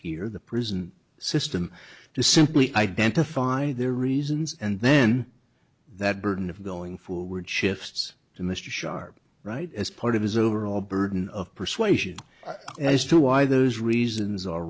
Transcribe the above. here the prison system to simply identified their reasons and then that burden of going forward shifts to mr sharp right as part of his overall burden of persuasion as to why those reasons are